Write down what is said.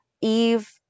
Eve